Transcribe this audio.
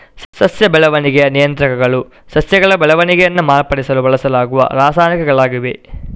ಸಸ್ಯ ಬೆಳವಣಿಗೆಯ ನಿಯಂತ್ರಕಗಳು ಸಸ್ಯಗಳ ಬೆಳವಣಿಗೆಯನ್ನ ಮಾರ್ಪಡಿಸಲು ಬಳಸಲಾಗುವ ರಾಸಾಯನಿಕಗಳಾಗಿವೆ